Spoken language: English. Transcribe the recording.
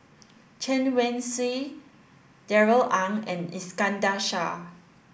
Chen Wen Hsi Darrell Ang and Iskandar Shah